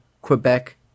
Quebec